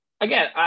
Again